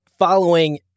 Following